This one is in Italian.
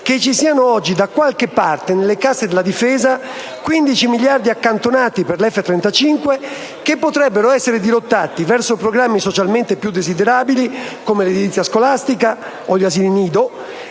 che ci siano oggi, da qualche parte, nelle casse delle Difesa 15 miliardi accantonati per gli F-35 che potrebbero essere dirottati verso programmi socialmente più desiderabili (come l'edilizia scolastica o gli asili nido)